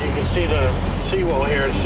see the seawall here.